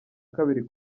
kabiri